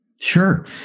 sure